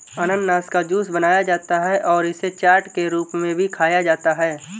अनन्नास का जूस बनाया जाता है और इसे चाट के रूप में भी खाया जाता है